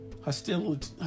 Hostility